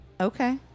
Okay